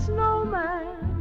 Snowman